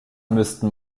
müssten